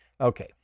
Okay